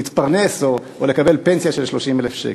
להתפרנס או לקבל פנסיה של 30,000 שקל.